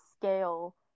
scale